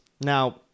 now